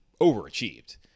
overachieved